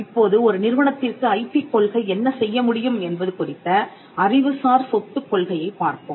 இப்போது ஒரு நிறுவனத்திற்கு ஐபி கொள்கை என்ன செய்ய முடியும் என்பது குறித்த அறிவுசார் சொத்து கொள்கையைப் பார்ப்போம்